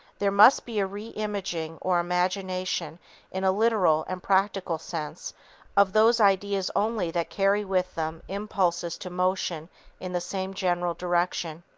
there must be a re-imaging or imagination in a literal and practical sense of those ideas only that carry with them impulses to motion in the same general direction.